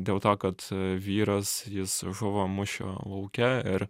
dėl to kad vyras jis žuvo mūšio lauke ir